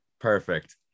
Perfect